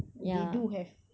ya